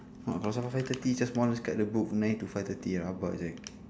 oh so for five thirty just one guy to book nine to five lah thirty how about that